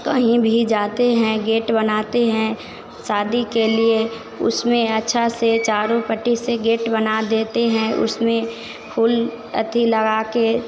कहीं भी जाते हैं गेट बनाते हैं शादी के लिए उसमें अच्छा से चारों पट्टी से गेट बना देते हैं उसमें फूल अति लगाकर